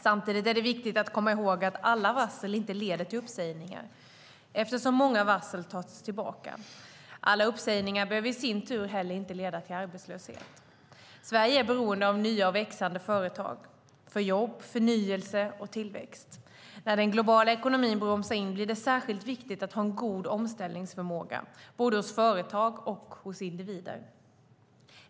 Samtidigt är det viktigt att komma ihåg att alla varsel inte leder till uppsägningar, eftersom många varsel tas tillbaka. Alla uppsägningar behöver i sin tur inte heller leda till arbetslöshet. Sverige är beroende av nya och växande företag för jobb, förnyelse och tillväxt. När den globala ekonomin bromsar in blir det särskilt viktigt att ha en god omställningsförmåga, både hos företag och hos individer.